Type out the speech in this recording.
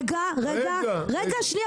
רגע רגע רגע שנייה,